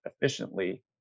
efficiently